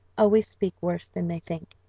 always speak worse than they think.